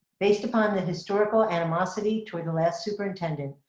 based upon the historical animosity toward the last superintendent.